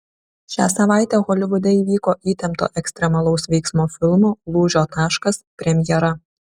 šią savaitę holivude įvyko įtempto ekstremalaus veiksmo filmo lūžio taškas premjera